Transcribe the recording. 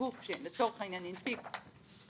שגוף שלצורך העניין הנפיק כרטיסים,